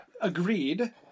Agreed